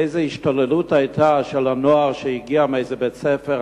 איזו השתוללות היתה של הנוער שהגיע מאיזה בית-ספר,